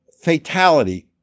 fatality